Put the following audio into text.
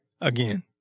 Again